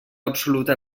absoluta